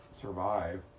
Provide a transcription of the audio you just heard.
survive